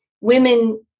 women